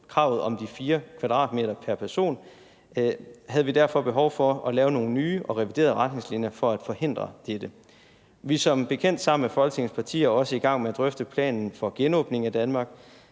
kravet om de 4 m² pr. person, havde vi derfor behov for at lave nogle nye og reviderede retningslinjer for at forhindre dette. Vi er som bekendt sammen med Folketingets partier også i gang med at drøfte planen for genåbning af Danmark.